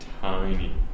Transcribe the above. tiny